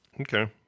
okay